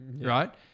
right